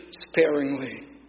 sparingly